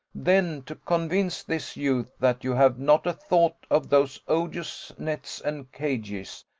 then, to convince this youth that you have not a thought of those odious nets and cages,